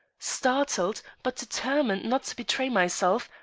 startled, but determined not to betray myself,